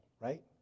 right